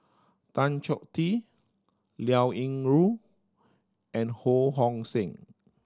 Tan Choh Tee Liao Yingru and Ho Hong Sing